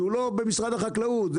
שהוא לא במשרד החקלאות,